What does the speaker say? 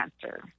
cancer